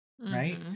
right